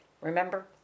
Remember